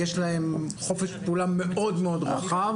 יש להם חופש פעולה מאוד רחב.